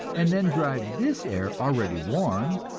and then drive this air, already warmed,